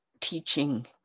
teaching